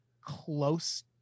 close